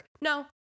No